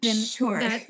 Sure